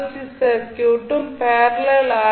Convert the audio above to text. C circuit யும் parallel R